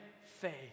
faith